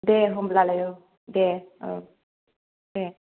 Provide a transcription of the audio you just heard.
दे होनब्लालाय औ दे औ दे